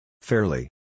Fairly